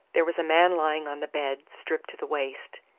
there was a man lying on the bed, stripped to the waist.